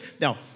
Now